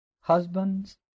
Husbands